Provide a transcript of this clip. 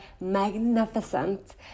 magnificent